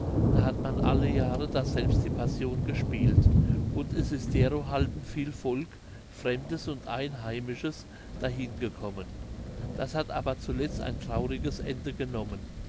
da hat man alle jahre daselbst die passion gespielt und es ist derohalben viel volk fremdes und einheimisches dahin gekommen das hat aber zuletzt ein trauriges ende genommen